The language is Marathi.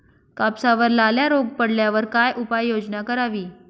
कापसावर लाल्या रोग पडल्यावर काय उपाययोजना करावी?